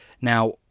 Now